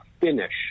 finish